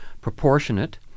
proportionate